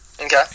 Okay